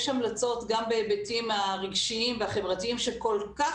יש המלצות גם בהיבטים הרגשיים והחברתיים שכל כך